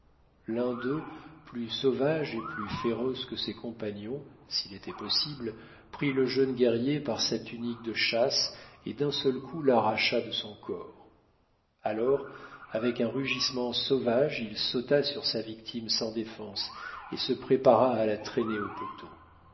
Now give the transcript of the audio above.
l'un d'eux plus sauvage et plus féroce que ses compagnons s'il était possible prit le jeune guerrier par sa tunique de chasse et d'un seul coup l'arracha de son corps alors avec un rugissement sauvage il sauta sur sa victime sans défense et se prépara à la traîner au poteau